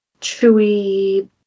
chewy